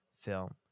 film